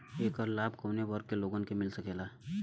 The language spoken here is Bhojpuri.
ऐकर लाभ काउने वर्ग के लोगन के मिल सकेला?